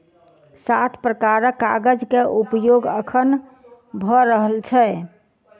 सात प्रकारक कागज के उपयोग अखैन भ रहल छै